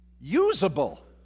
Usable